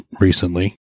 recently